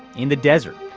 in the desert.